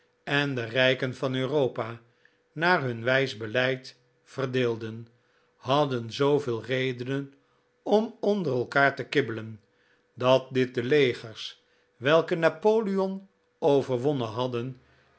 en de rijken van europa naar hun wijs beleid verdeelden hadden zooveel redenen om onder elkaar te kibbelen dat dit de legers welke napoleon overwonnen hadden